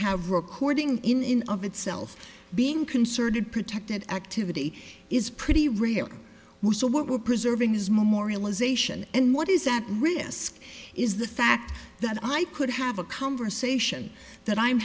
have recording in of itself being concerted protected activity is pretty rare so what we're preserving is memorialization and what is at risk is the fact that i could have a conversation that i'm